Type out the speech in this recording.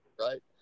right